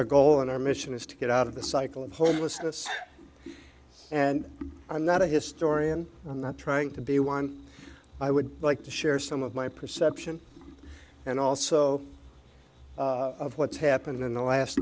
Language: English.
our goal and our mission is to get out of the cycle of homelessness and i'm not a historian i'm not trying to be one i would like to share some of my perception and also of what's happened in the last